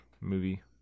movie